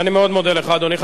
ואני מאוד מודה לך, אדוני.